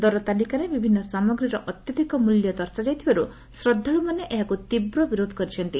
ଦର ତାଲିକାରେ ବିଭିନ୍ଦ ସାମଗ୍ରୀର ଅତ୍ୟଧିକ ମିଲ୍ୟ ଦର୍ଶାଯାଇଥିବାରୁ ଶ୍ରଦ୍ଧାଳୁମାନେ ଏହାକୁ ତୀବ୍ର ବିରୋଧ କରିଛନ୍ତି